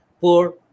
Poor